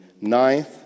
Ninth